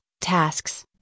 tasks